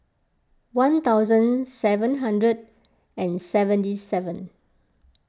one thousand seven hundred and seventy seven